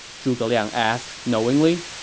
zhuge liang asked knowingly.